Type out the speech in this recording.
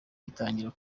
bitangira